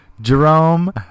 Jerome